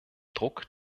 druck